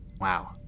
Wow